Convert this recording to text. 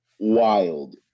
wild